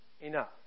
enough